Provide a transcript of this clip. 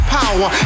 power